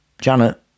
Janet